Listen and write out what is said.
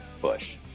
Bush